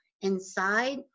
inside